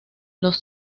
los